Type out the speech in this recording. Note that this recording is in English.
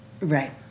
Right